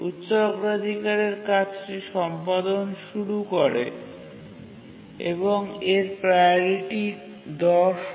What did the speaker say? উচ্চ অগ্রাধিকারের কাজটি সম্পাদন শুরু করে এবং এর প্রাওরিটি ১০ হয়